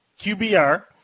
QBR